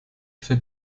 für